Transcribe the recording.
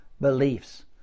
beliefs